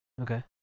Okay